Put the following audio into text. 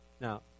Now